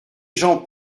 gens